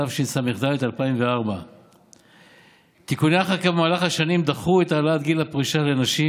התשס"ד 2004. תיקוני חקיקה במהלך השנים דחו את העלאת גיל הפרישה לנשים,